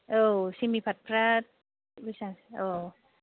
औ सेमि पाटफ्रा बेसां औ